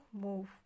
move